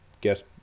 get